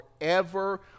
forever